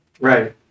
Right